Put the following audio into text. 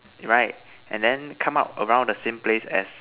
right and then come out around the same place as